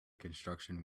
construction